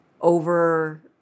over